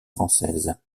française